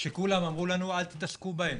שכולם אמרו לנו: אל תתעסקו בהן,